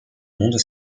monde